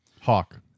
Hawk